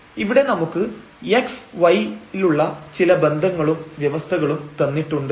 ഇവിടെ നമുക്ക് x y ലുള്ള ചില ബന്ധങ്ങളും വ്യവസ്ഥകളും തന്നിട്ടുണ്ട്